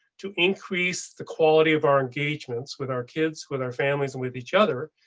to increase the quality of our engagements with our kids with our families and with each other.